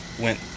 went